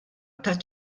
taċ